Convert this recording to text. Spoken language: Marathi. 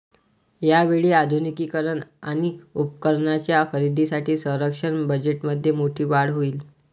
यावेळी आधुनिकीकरण आणि उपकरणांच्या खरेदीसाठी संरक्षण बजेटमध्ये मोठी वाढ होईल